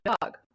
dog